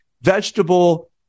vegetable